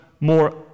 more